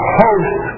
host